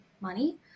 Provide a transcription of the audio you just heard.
money